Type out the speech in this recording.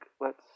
lets